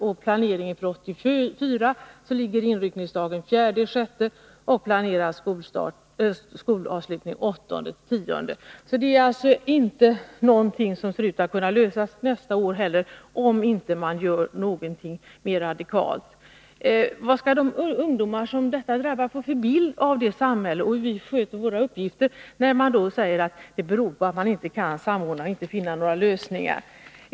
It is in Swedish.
Enligt planeringen för 1984 är inryckningsdagen den 4 juni, och skolavslutningen är planerad till den 8-10 juni. Problemet ser alltså inte ut att kunna lösas nästa år heller, om man inte gör någonting mera radikalt. Vad skall de ungdomar som detta drabbar få för bild av samhället och av hur vi sköter våra uppgifter när man säger att detta beror på att man inte kan samordna och inte finna några lösningar?